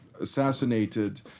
assassinated